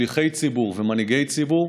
שליחי ציבור ומנהיגי ציבור,